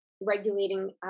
regulating